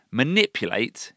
manipulate